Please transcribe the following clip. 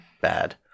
bad